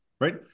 Right